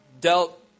dealt